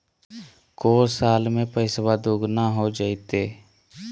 को साल में पैसबा दुगना हो जयते?